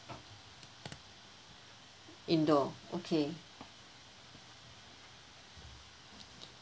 indoor okay